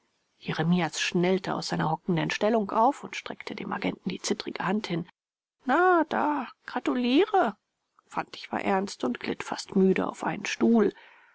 jeremias schnellte aus seiner hockenden stellung auf und streckte dem agenten die zittrige hand hin na da gratuliere fantig war ernst und glitt fast müde auf einen stuhl